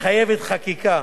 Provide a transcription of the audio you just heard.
מחייב חקיקה